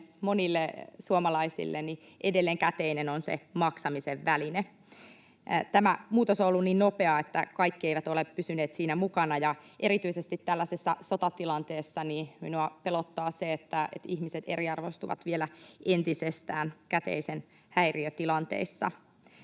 monille suomalaisille — edelleen käteinen on se maksamisen väline. Tämä muutos on ollut niin nopeaa, että kaikki eivät ole pysyneet siinä mukana. Ja erityisesti tällaisessa sotatilanteessa minua pelottaa se, että ihmiset eriarvoistuvat vielä entisestään käteisen häiriötilanteissa.